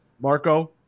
Marco